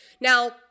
Now